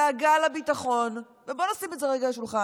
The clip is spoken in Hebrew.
שדאגה לביטחון, ובואו נשים את זה רגע על השולחן,